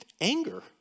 anger